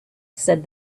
said